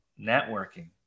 networking